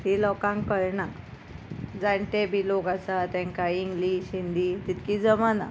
ती लोकांक कळना जाण्टे बी लोक आसा तांकां इंग्लीश हिंदी तितकी जमना